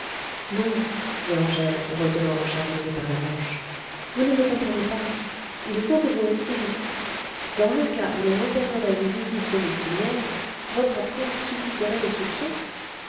non dit angèle retenant le charretier par la manche vous ne me comprenez pas il faut que vous restiez ici dans le cas où l'on opérerait une visite domiciliaire votre absence susciterait des soupçons